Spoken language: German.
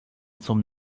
zum